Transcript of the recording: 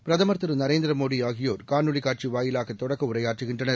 பிரதமர் திருநரேந்திரமோடிஆகியோர் காணொலிகாட்சிவாயிலாகதொடக்கஉரையாற்றுகின்றனர்